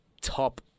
top